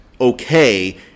okay